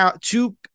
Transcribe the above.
two